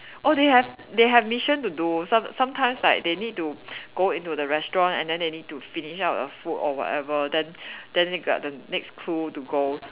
oh they have they have mission to do some~ sometimes like they need to go into the restaurant and then they need to finish up the food or whatever then then they got the next clue to go